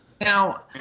Now